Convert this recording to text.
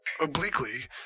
obliquely